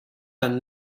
done